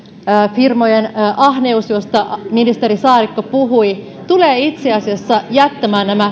firmojen ahneus josta ministeri saarikko puhui tulee itse asiassa jättämään